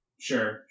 Sure